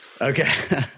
Okay